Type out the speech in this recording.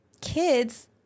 kids